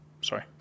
sorry